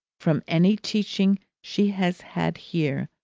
from any teaching she has had here,